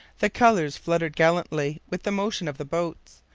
the colours fluttered gallantly with the motion of the boats.